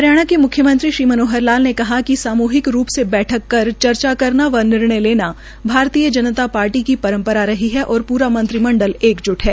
हरियाणा के मुख्यमंत्री श्री मनोहर लाल ने कहा कि साम्हिक रूप से बैठक कर चर्चा करना व निर्णय लेना भारतीय जनता पार्टी की परम्परा रही है और प्रा मंत्रिमंडल एक ज्ट है